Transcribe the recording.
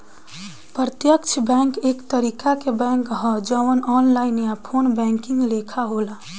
प्रत्यक्ष बैंक एक तरीका के बैंक ह जवन ऑनलाइन या फ़ोन बैंकिंग लेखा होला